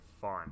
fun